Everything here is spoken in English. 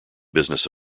business